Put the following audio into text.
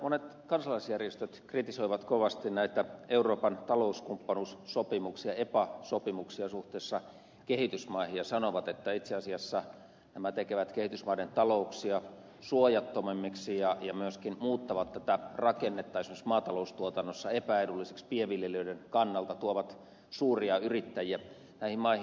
monet kansalaisjärjestöt kritisoivat kovasti näitä euroopan talouskumppanuussopimuksia epa sopimuksia suhteessa kehitysmaihin ja sanovat että itse asiassa nämä tekevät kehitysmaiden talouksia suojattomammiksi ja myöskin muuttavat tätä rakennetta esimerkiksi maataloustuotannossa epäedulliseksi pienviljelijöiden kannalta tuovat suuria yrittäjiä näihin maihin